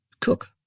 cook